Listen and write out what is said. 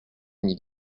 mille